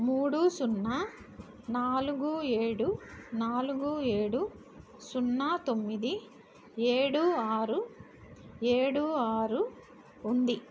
మూడు సున్నా నాలుగు ఏడు నాలుగు ఏడు సున్నా తొమ్మిది ఏడు ఆరు ఏడు ఆరు ఉంది